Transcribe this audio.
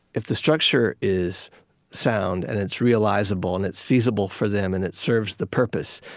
if the structure is sound, and it's realizable, and it's feasible for them, and it serves the purpose,